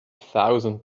thousand